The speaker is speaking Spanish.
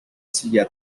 silla